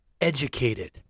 educated